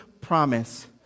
promise